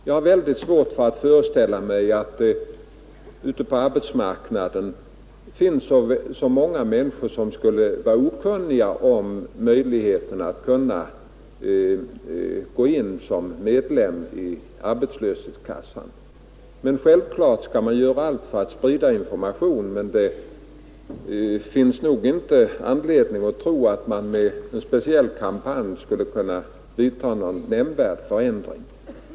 Jag har mycket svårt att föreställa mig att det ute på arbetsmarknaden finns något större antal människor som skulle vara okunniga om möjligheten att gå in som medlem i arbetslöshetskassan. Självfallet skall man göra allt för att sprida information, men det finns nog inte anledning att tro att man med en kampanj skulle kunna åstadkomma någon nämnvärd förändring.